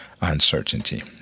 uncertainty